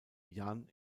jan